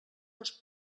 dels